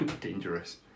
dangerous